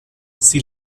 sie